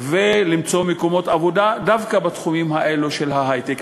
ולמצוא מקומות עבודה דווקא בתחומים האלו של ההיי-טק.